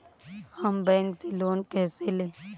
हम बैंक से लोन कैसे लें?